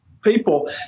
people